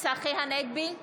צחי הנגבי,